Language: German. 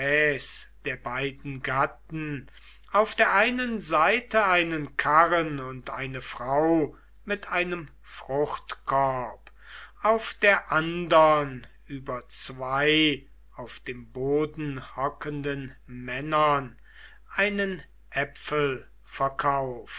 der beiden gatten auf der einen seite einen karren und eine frau mit einem fruchtkorb auf der andern über zwei auf dem boden hockenden männern einen